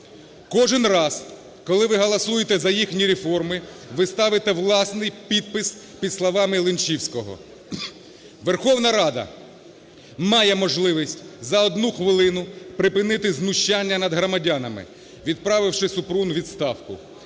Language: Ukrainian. Кожен раз, коли ви голосуєте за їхні реформи, ви ставите власний підпис під словами Лінчевського. Верховна Рада має можливість за одну хвилину припинити знущання над громадянами, відправивши Супрун у відставку,